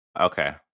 Okay